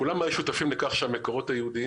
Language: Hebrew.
כולם היו שותפים לכך שהמקורות היהודיים